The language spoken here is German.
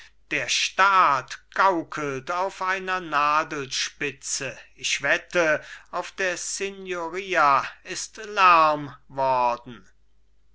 der staat gaukelt auf einer nadelspitze ich wette auf der signoria ist lärm